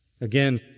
again